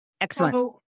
Excellent